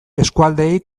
eskualdeei